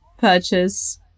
purchase